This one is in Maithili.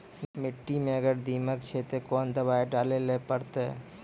मिट्टी मे अगर दीमक छै ते कोंन दवाई डाले ले परतय?